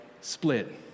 split